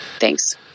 Thanks